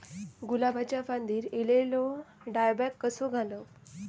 गुलाबाच्या फांदिर एलेलो डायबॅक कसो घालवं?